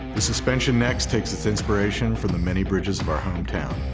the suspension next takes its inspiration from the many bridges of our hometown,